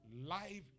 Life